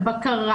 של בקרה